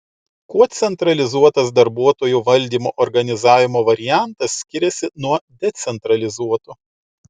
kuo centralizuotas darbuotojų valdymo organizavimo variantas skiriasi nuo decentralizuoto